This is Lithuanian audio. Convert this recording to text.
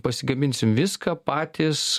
pasigaminsim viską patys